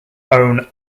own